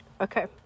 Okay